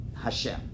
Hashem